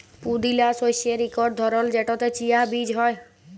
পুদিলা শস্যের ইকট ধরল যেটতে চিয়া বীজ হ্যয়